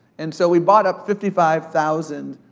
and so, we bought up fifty five thousand,